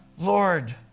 Lord